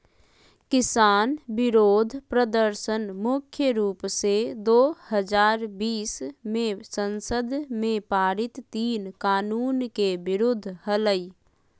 किसान विरोध प्रदर्शन मुख्य रूप से दो हजार बीस मे संसद में पारित तीन कानून के विरुद्ध हलई